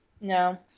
No